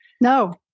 No